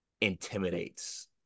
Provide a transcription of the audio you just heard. intimidates